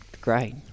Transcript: great